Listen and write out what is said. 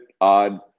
odd